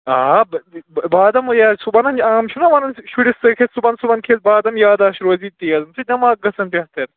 آ بادام یہِ حظ صُبحَن حظ یہِ عام چھُ نہ وَنان شُرِس ژٕ کھےٚ صُبحَن صُبحَن کھیٚیزِ بادام یاداش روزی تیز اَمہِ سۭتۍ دٮ۪ماغ گژھان بَہتر